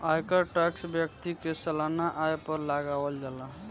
आयकर टैक्स व्यक्ति के सालाना आय पर लागावल जाला